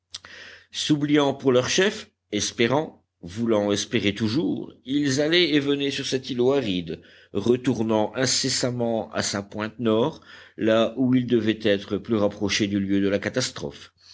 s'oubliant pour leur chef espérant voulant espérer toujours ils allaient et venaient sur cet îlot aride retournant incessamment à sa pointe nord là où ils devaient être plus rapprochés du lieu de la catastrophe